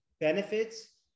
benefits